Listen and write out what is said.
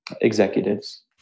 executives